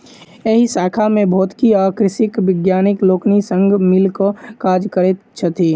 एहि शाखा मे भौतिकी आ कृषिक वैज्ञानिक लोकनि संग मिल क काज करैत छथि